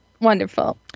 Wonderful